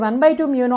A A